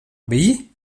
biji